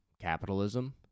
capitalism